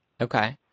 Okay